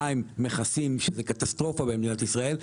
שנית, מכסים, שזה קטסטרופה במדינת ישראל.